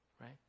Right